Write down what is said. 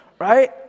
right